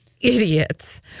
idiots